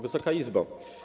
Wysoka Izbo!